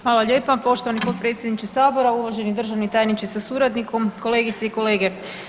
Hvala lijepa poštovani potpredsjedniče sabora, uvaženi državni tajniče sa suradnikom, kolegice i kolege.